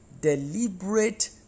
deliberate